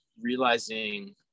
realizing